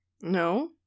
No